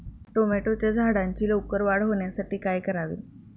टोमॅटोच्या झाडांची लवकर वाढ होण्यासाठी काय करावे?